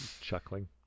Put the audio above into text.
Chuckling